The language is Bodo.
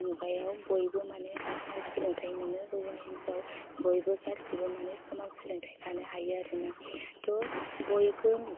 मुगायाव बयबो माने समान सोलोंथाइ मोनो हौवा हिन्जाव बयबो गासिबो माने समान सोलोंथाइ लानो हायो आरो ना थह बयबो